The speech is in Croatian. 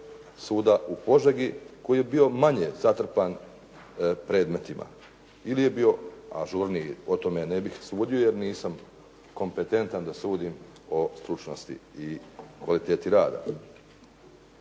suda u Požegi koji je bio manje zatrpan predmetima ili je bio ažurniji, o tome ne bih sudio jer nisam kompetentan da sudim o stručnosti i kvaliteti rada.